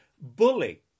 bully